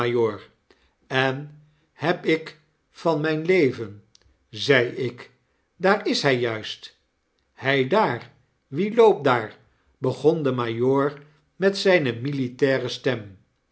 en heb ik van myn leven zei ik daar is hfl juist b heidaar wie loopt daar begon de majoor met zyne militaire stem